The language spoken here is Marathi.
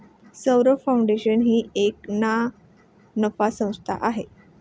सौरभ फाऊंडेशन ही एक ना नफा संस्था आहे